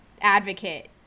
advocate